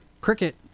cricket